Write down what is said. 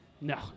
no